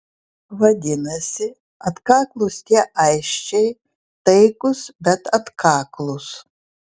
vadinasi atkaklūs tie aisčiai taikūs bet atkaklūs